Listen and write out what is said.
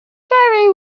ferry